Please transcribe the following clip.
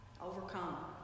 overcome